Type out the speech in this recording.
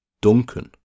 Duncan